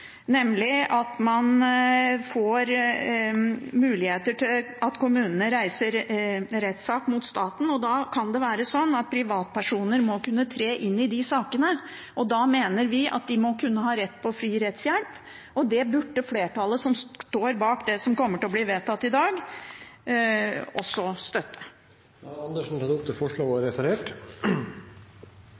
nemlig at kommunene får mulighet til å reise rettssak mot staten. Da kan det være sånn at privatpersoner må kunne tre inn i de sakene, og da mener vi at de må kunne ha rett på fri rettshjelp. Det burde flertallet som står bak det som kommer til å bli vedtatt i dag, også støtte. Representanten Karin Andersen har tatt opp det forslaget hun